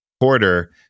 quarter